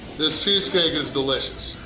this cheesecake is delicious!